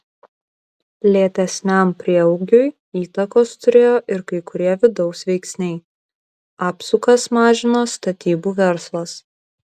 lėtesniam prieaugiui įtakos turėjo ir kai kurie vidaus veiksniai apsukas mažino statybų verslas